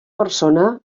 persona